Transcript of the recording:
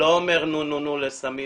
אני לא אומר נו נו נו לסמים,